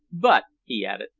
but, he added,